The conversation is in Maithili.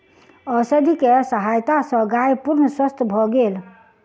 औषधि के सहायता सॅ गाय पूर्ण स्वस्थ भ गेल